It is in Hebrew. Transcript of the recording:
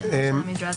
והשאלה של המדרג.